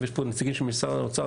ויש פה נציגים של משרד האוצר.